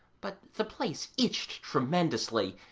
but the place itched tremendously,